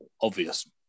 Obvious